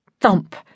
thump